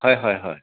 হয় হয় হয়